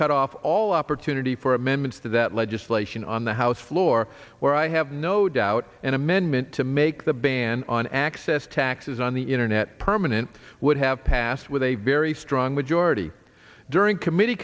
cut off all opportunity for amendments to that legislation on the house floor where i have no doubt an amendment to make the ban on access taxes on the internet permanent would have passed with a very strong majority during committee